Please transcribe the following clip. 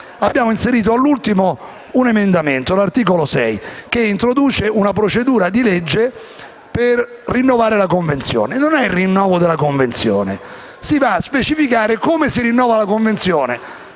abbiamo inserito all'ultimo un emendamento all'articolo 6 che introduce una procedura di legge per rinnovare la convenzione. Non è il rinnovo della convenzione ma solo un documento che specifica come si rinnova la convenzione